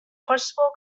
possible